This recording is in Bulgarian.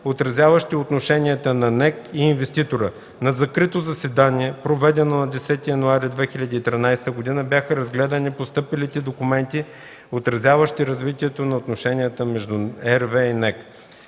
отразяващи отношенията на НЕК и инвеститора. На закрито заседание, проведено на 10 януари 2013 г., бяха разгледани постъпилите документи, отразяващи развитието на отношенията между RWE и НЕК.